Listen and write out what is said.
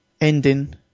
ending